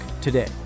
today